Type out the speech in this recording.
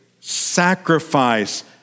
sacrifice